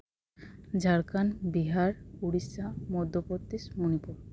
Jharkhand Bihar Odisha Madhya Pradesh Manipur